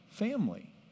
Family